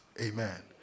Amen